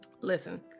Listen